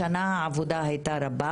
השנה העבודה הייתה רבה